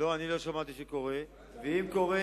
שמעתי שאומרים שקורה.